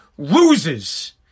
Loses